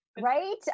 Right